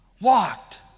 Walked